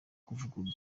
kuvugurura